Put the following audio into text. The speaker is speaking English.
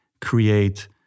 create